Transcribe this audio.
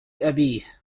أبيه